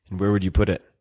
and where would you put it?